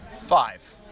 Five